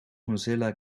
mozilla